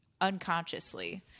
unconsciously